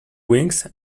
wings